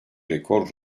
rekor